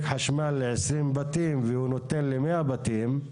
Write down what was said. חשמל ל-20 בתים והוא נותן ל-100 בתים,